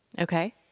Okay